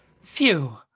phew